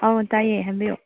ꯑꯧ ꯇꯥꯏꯌꯦ ꯍꯥꯏꯕꯤꯌꯣ